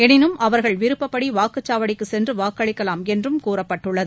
எனினும் அவர்கள் விருப்பப்படி வாக்குச்சாவடிக்குச் சென்று வாக்களிக்கலாம் என்றும் கூறப்பட்டுள்ளது